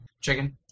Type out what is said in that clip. Chicken